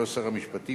ולא שר המשפטים,